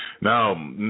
Now